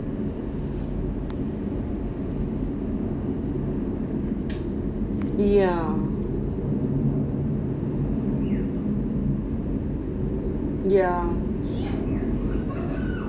ya yeah